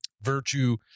virtue